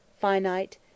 finite